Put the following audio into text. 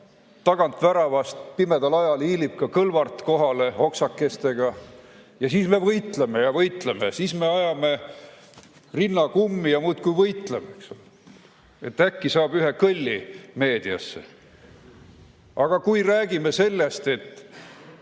tagant väravast pimedal ajal hiilib ka Kõlvart kohale oksakestega. Ja siis me võitleme ja võitleme, siis me ajame rinna kummi ja muudkui võitleme, et äkki saab ühe kõlli meediasse. Aga kui räägime sellest, et